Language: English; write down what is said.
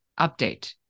update